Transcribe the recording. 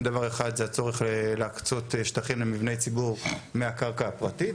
דבר אחד זה הצורך להקצות שטחים למבני ציבור מהקרקע הפרטית,